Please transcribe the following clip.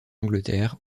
angleterre